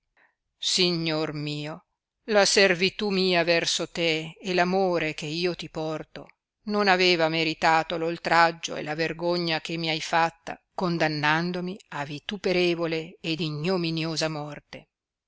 signor mio la servitù mia verso te e l'amore che io ti porto non aveva meritato l'oltraggio e la vergogna che mi hai fatta condannandomi a vituperevole ed ignominiosa morte